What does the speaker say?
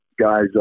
guys